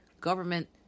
government